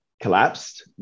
collapsed